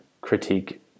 critique